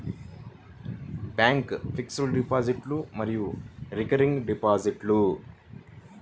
bank fixed డిపాజిట్లు మరియు recurring డిపాజిట్లు